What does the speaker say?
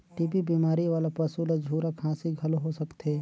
TB बेमारी वाला पसू ल झूरा खांसी घलो हो सकथे